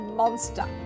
monster